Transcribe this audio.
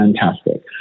fantastic